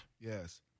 Yes